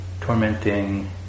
tormenting